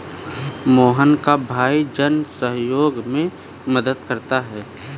मोहन का भाई जन सहयोग में मदद करता है